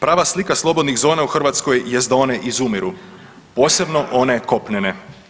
Prava slika slobodnih zona u Hrvatskoj jest da one izumiru, posebno one kopnene.